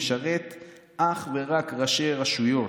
משרת אך ורק ראשי רשויות.